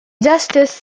justice